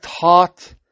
taught